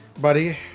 buddy